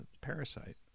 parasite